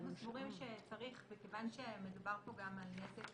אנחנו סבורים שצריך מכיוון שמדובר פה גם על נזק